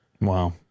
Wow